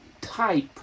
type